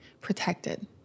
protected